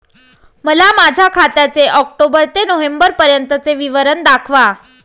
मला माझ्या खात्याचे ऑक्टोबर ते नोव्हेंबर पर्यंतचे विवरण दाखवा